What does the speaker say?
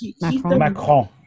Macron